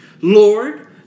Lord